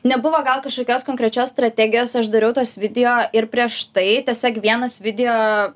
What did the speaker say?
nebuvo gal kažkokios konkrečios strategijos aš dariau tuos video ir prieš tai tiesiog vienas video